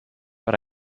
but